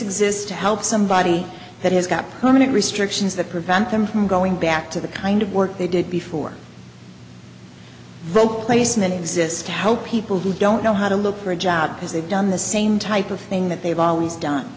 exist to help somebody that has got permanent restrictions that prevent them from going back to the kind of work they did before rowe placement exists to help people who don't know how to look for a job because they've done the same type of thing that they've always done